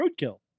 Roadkill